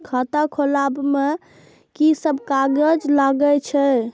खाता खोलाअब में की सब कागज लगे छै?